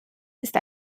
ist